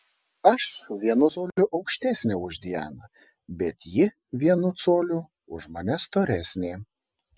aš vienu coliu aukštesnė už dianą bet ji vienu coliu už mane storesnė